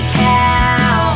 cow